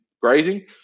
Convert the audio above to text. grazing